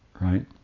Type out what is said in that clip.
right